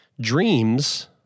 Dreams